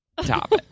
top